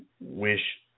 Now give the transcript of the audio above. wish